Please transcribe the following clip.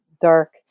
dark